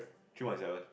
three point seven